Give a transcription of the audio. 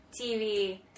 TV